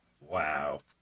Wow